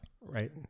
Right